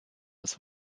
das